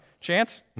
chance